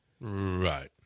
Right